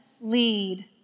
lead